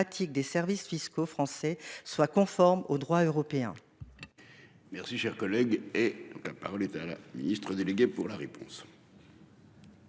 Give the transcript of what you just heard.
des services fiscaux français soit conforme au droit européen. Merci cher collègue. Et donc par l'État la Ministre délégué pour la réponse.